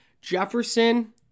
Jefferson